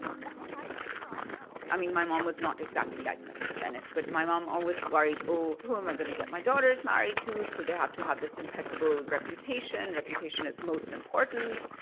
what a fine thing for our girls i mean, my mom was not exactly like mrs. bennet. but my mom always worried, oh, who am i going to get my daughters married to? so they have to have this impeccable reputation reputation is most important.